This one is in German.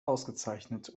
ausgezeichnet